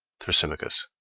thrasymachos.